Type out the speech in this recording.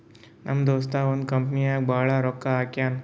ನಮ್ ದೋಸ್ತ ಒಂದ್ ಕಂಪನಿ ನಾಗ್ ಭಾಳ್ ರೊಕ್ಕಾ ಹಾಕ್ಯಾನ್